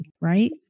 right